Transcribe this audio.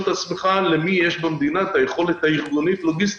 את עצמך למי יש במדינה את היכולת הארגונית-לוגיסטית